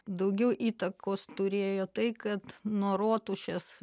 daugiau įtakos turėjo tai kad nuo rotušės